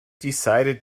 decided